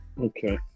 Okay